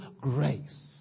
grace